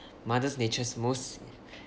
mother's nature's most